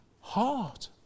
heart